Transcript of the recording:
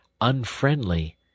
unfriendly